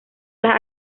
las